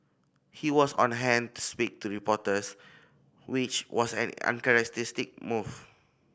he was on hand to speak to reporters which was an uncharacteristic move